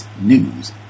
news